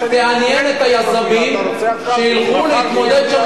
תעניין את היזמים שילכו להתמודד שם